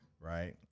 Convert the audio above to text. right